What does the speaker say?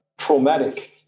Traumatic